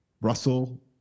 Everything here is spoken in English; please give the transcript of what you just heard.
Russell